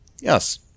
Yes